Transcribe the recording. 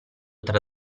tra